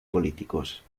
políticos